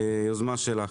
ליוזמה שלך.